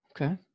Okay